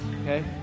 okay